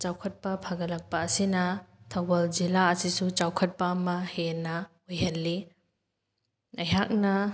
ꯆꯥꯎꯈꯠꯄ ꯐꯒꯠꯂꯛꯄ ꯑꯁꯤꯅ ꯊꯧꯕꯥꯜ ꯖꯤꯜꯂꯥ ꯑꯁꯤꯁꯨ ꯆꯥꯎꯈꯠꯄ ꯑꯃ ꯍꯦꯟꯅ ꯑꯣꯏꯍꯜꯂꯤ ꯑꯩꯍꯥꯛꯅ